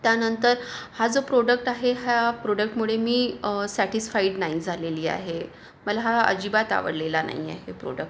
त्यानंतर हा जो प्रॉडक्ट आहे ह्या प्रॉडक्टमुळे मी सेटिस्फाइड नाही झालेली आहे मला हा अजिबात आवडलेला नाही आहे प्रॉडक्ट